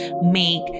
make